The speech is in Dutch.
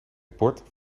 bord